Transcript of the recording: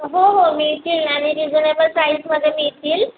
हो हो मिळतील ना नी रिझनेबल प्राईझमध्ये मिळतील